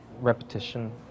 repetition